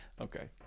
okay